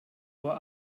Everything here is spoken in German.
uhr